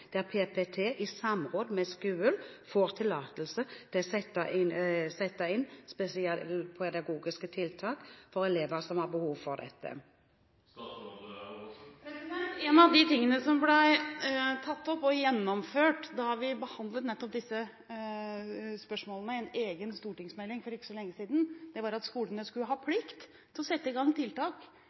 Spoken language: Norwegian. PPT i samråd med skolen får tillatelse til å sette inn spesialpedagogiske tiltak for elever som har behov for dette? Én av de tingene som ble tatt opp og gjennomført da vi behandlet nettopp disse spørsmålene i en egen stortingsmelding for ikke så lenge siden, var at skolene skulle ha plikt til å sette i gang tiltak